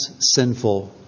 sinful